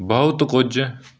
ਬਹੁਤ ਕੁਝ